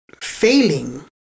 failing